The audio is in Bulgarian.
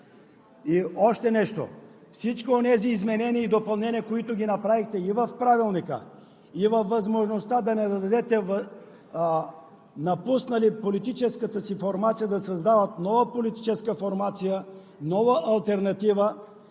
И още нещо! Всички онези изменения и допълнения, които направихте и в Правилника, и във възможността да не дадете на напуснали политическата си формация да създават нова политическа формация, нова алтернатива,